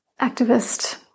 activist